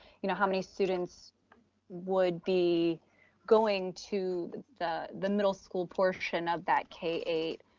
you know, how many students would be going to the the middle school portion of that k eight.